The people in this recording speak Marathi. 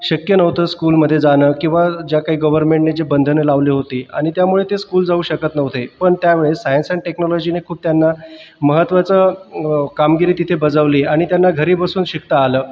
शक्य नव्हतं स्कूलमध्ये जाणं किंवा ज्या काही गवर्नमेंटने जे बंधनं लावले होती आणि त्यामुळे ते स्कूल जाऊ शकत नव्हते पण त्यावेळेस सायन्स अँड टेक्नॉलॉजीने खूप त्यांना महत्त्वाचं कामगिरी तिथे बजावली आणि त्यांना घरी बसून शिकता आलं